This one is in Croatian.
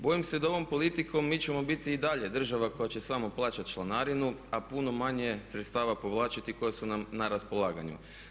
Bojim se da ovom politikom mi ćemo biti i dalje država koja će samo plaćati članarinu, a puno manje sredstava povlačiti koja su nam na raspolaganju.